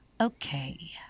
Okay